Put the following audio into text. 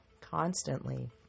constantly